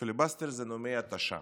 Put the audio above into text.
פיליבסטר זה נאומי התשה,